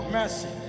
mercy